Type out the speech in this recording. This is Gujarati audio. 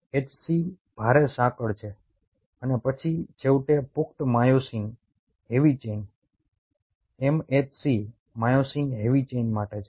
HC ભારે સાંકળ છે અને પછી છેવટે પુખ્ત myosin heavy chain MHC myosin heavy chain માટે છે